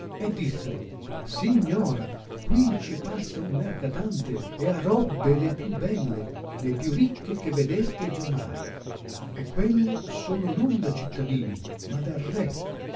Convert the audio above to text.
e dissero signora quinci passa un mercatante e ha robbe le più belle le più ricche che vedeste già mai e quelle sono non da cittadini ma da re